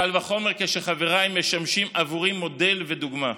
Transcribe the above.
קל וחומר כשחבריי משמשים עבורי מודל ודוגמה.